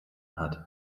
hat